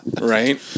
right